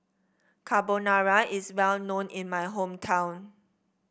carbonara is well known in my hometown